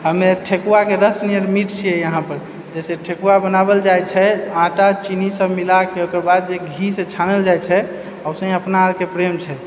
हमे ठेकुआके रस नियन मीठ छियै यहाँ पर जैसे ठेकुआ बनाओल जाइत छै आटा चीनी सब मिलाके ओहिके बाद जे घी से छानल जाइत छै वैसे ही अपना आरके प्रेम छै